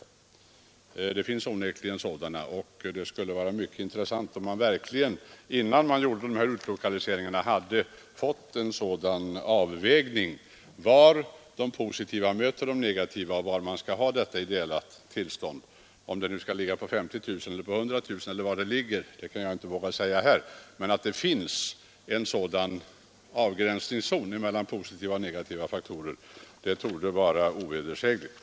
Det finns nämligen också negativa faktorer. Det skulle vara mycket intressant om vi, innan några utlokaliseringar företogs, hade fått en sådan utredning med avvägning som visar var de positiva faktorerna möter de negativa och var det ideala befolkningstalet alltså ligger. Jag vågar inte ha någon mening om huruvida det talet ligger vid 50 000 eller vid 100 000, men att det finns en sådan avgränsningszon mellan positiva och negativa faktorer torde vara ovedersägligt.